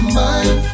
mind